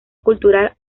cultural